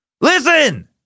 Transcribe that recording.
Listen